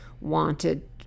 wanted